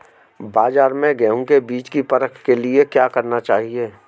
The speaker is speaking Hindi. बाज़ार में गेहूँ के बीज की परख के लिए क्या करना चाहिए?